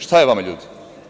Šta je vama ljudi?